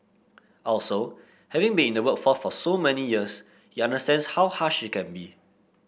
also having been in the workforce for so many years he understands how harsh it can be